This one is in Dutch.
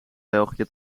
belgië